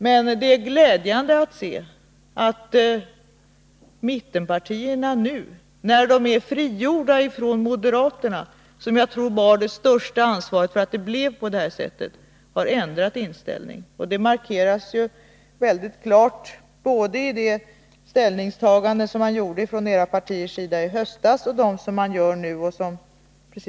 Men det är glädjande att se att mittenpartierna nu — när de är frigjorda från moderaterna, som jag tror bar det största ansvaret för att det blev på det här sättet — har ändrat inställning. Ändringen markeras mycket klart både i era partiers ställningstagande i höstas och i det som görs nu.